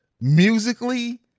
musically